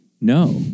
no